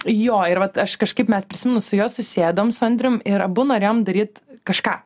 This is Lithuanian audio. jo ir vat aš kažkaip mes prisiminus su juo susėdom su andrium ir abu norėjom daryt kažką